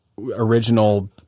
original